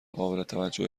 قابلتوجه